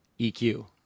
EQ